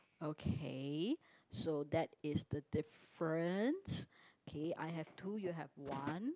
okay so that is the difference okay I have two you have one